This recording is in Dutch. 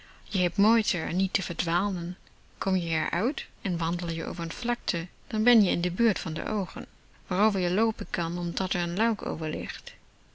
je heb moeite r niet te verdwalen kom je r uit en wandel je over n vlakte dan ben je in de buurt van de oogen waarover je loopen kan omdat r n luik